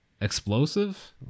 explosive